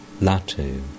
Latu